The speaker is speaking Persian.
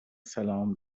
سلام